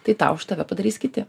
tai tau už tave padarys kiti